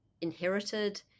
inherited